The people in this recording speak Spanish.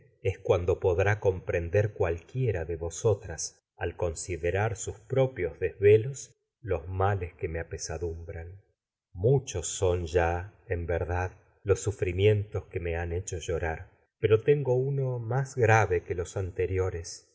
es cuando podrá comprender cualquiera sus de vosotras al considerar propios desvelos son ya los males que me apesadumbran muchos en verdad los sufrimientos que me han hecho llorar pei o os tengo uno más grave que los anteriores